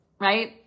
right